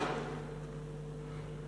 ואפילו אפשר